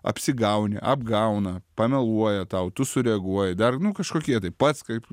apsigauni apgauna pameluoja tau tu sureaguoji dar nu kažkokie tai pats kaip